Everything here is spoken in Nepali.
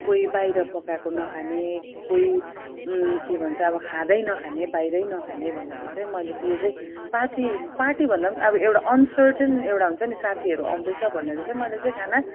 कोही बाहिर पकाएको नखाने कोही के भन्छ अब खाँदै नखाने बाहिरै नखाने भनेर चाहिँ मैले चाहिँ यो चाहिँ पार्टी पार्टी भन्दा पनि अब एउटा अनसर्टन एउटा हुन्छ नि साथीहरू आउँदैछ भनेर चाहिँ मैले चाहिँ खाना